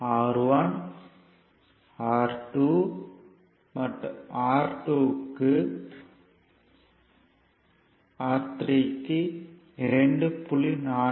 R1 R2 மற்றும் R3 க்கு 2